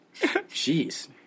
jeez